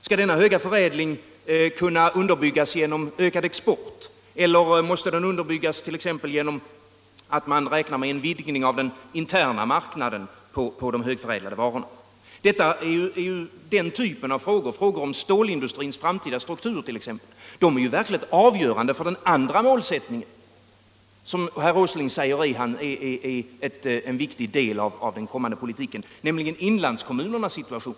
Skall denna höga förädling underbyggas genom ökad export, eller måste den underbyggas t.ex. genom en vidgning av den interna marknaden för de högförädlade varorna? Den typen av frågor — frågor om stålindustrins framtida struktur t.ex. — är ju verkligt avgörande för den andra målsättningen, som herr Åsling säger är en viktig del av den kommande politiken, nämligen inlandskommunernas situation.